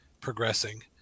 progressing